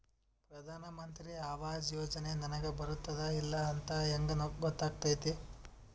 ಪ್ರಧಾನ ಮಂತ್ರಿ ಆವಾಸ್ ಯೋಜನೆ ನನಗ ಬರುತ್ತದ ಇಲ್ಲ ಅಂತ ಹೆಂಗ್ ಗೊತ್ತಾಗತೈತಿ?